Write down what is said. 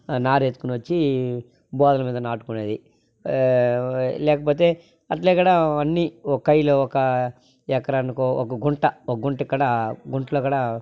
నార ఎత్తుకొని వచ్చి బోదలమీద నాటుకునేది లేకపోతే అట్లే కూడా అన్నీ ఒక కైలో ఒకా ఎకరానికో ఒక గుంట ఒక గుంట కాడ గుంట్లో కూడా